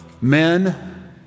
men